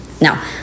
Now